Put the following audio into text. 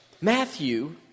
Matthew